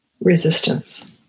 Resistance